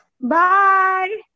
bye